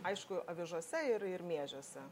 aišku avižose ir ir miežiuose